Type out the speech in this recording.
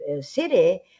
city